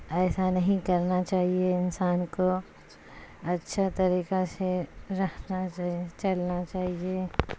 ایسا نہیں کرنا چاہیے انسان کو اچھا طریقہ سے رہنا چلنا چاہیے